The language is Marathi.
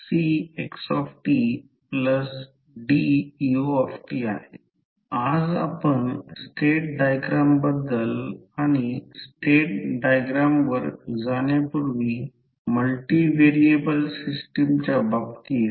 तर 0 R2 j L2 ZL i2 j M i1 कारण तिथे हा ZL लोड इम्पेडन्स आहे i2 j M i1 हा भाग म्युचुअल कपलिंगमुळे आहे हे समीकरण 15 आहे